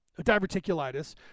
diverticulitis